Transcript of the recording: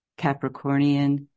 Capricornian